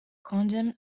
condemn